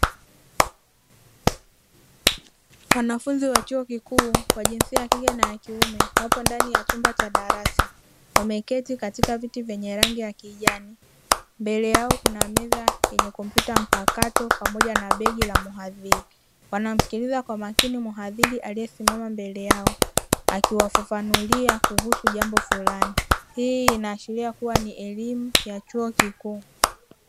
Wanafunzi wa chuo kikuu wa jinsia ya kike na ya kiume wapo ndani ya chumba cha darasa, wameketi katika viti vyenye rangi ya kijani, mbele yao kuna meza yenye kompyuta mpakato pamoja na begi la mhadhiri; wanamsikiliza kwa makini mhadhiri aliyesimama mbele yao akiwafafanulia kuhusu jambo fulani; hii inaashiria kuwa ni elimu ya chuo kikuu.